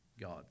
God